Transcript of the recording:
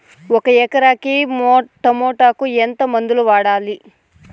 ఒక ఎకరాకి టమోటా కు ఎంత మందులు వాడాలి?